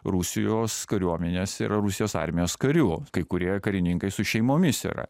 rusijos kariuomenės ir rusijos armijos karių kai kurie karininkai su šeimomis yra